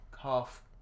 half